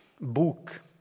book